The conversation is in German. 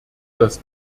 das